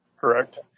Correct